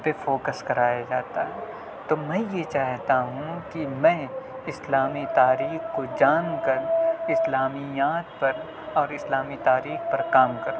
پہ فوکس کرایا جاتا ہے تو میں یہ چاہتا ہوں کہ میں اسلامی تاریخ کو جان کر اسلامیات پر اور اسلامی تاریخ پر کام کروں